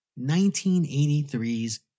1983's